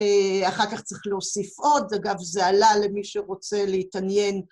אחר כך צריך להוסיף עוד, אגב זה עלה למי שרוצה להתעניין